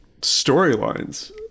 storylines